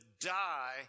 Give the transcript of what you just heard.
die